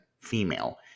female